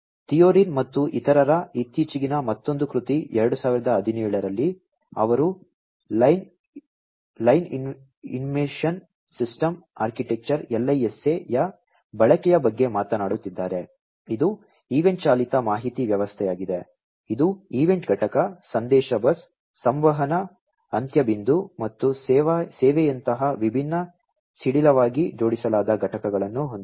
ಥಿಯೊರಿನ್ ಮತ್ತು ಇತರರ ಇತ್ತೀಚಿನ ಮತ್ತೊಂದು ಕೃತಿ 2017 ರಲ್ಲಿ ಅವರು line information system architecture LISA ಯ ಬಳಕೆಯ ಬಗ್ಗೆ ಮಾತನಾಡುತ್ತಿದ್ದಾರೆ ಇದು ಈವೆಂಟ್ ಚಾಲಿತ ಮಾಹಿತಿ ವ್ಯವಸ್ಥೆಯಾಗಿದೆ ಇದು ಈವೆಂಟ್ ಘಟಕ ಸಂದೇಶ ಬಸ್ ಸಂವಹನ ಅಂತ್ಯಬಿಂದು ಮತ್ತು ಸೇವೆಯಂತಹ ವಿಭಿನ್ನ ಸಡಿಲವಾಗಿ ಜೋಡಿಸಲಾದ ಘಟಕಗಳನ್ನು ಹೊಂದಿದೆ